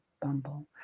bumble